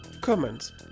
comments